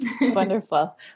Wonderful